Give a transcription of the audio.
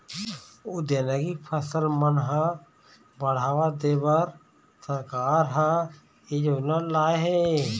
उद्यानिकी फसल मन ह बड़हावा देबर सरकार ह ए योजना ल लाए हे